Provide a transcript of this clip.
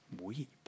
weep